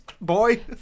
boy